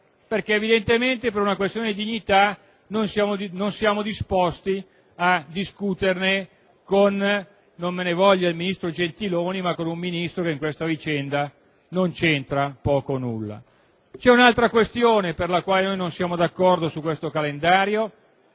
perché evidentemente, per una questione di dignità, non siamo disposti a discuterne - non me ne voglia il ministro Gentiloni - con un Ministro che in questa vicenda c'entra poco o nulla. C'è un'altra questione per la quale non siamo d'accordo su questo calendario;